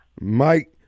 Mike